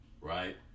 right